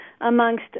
amongst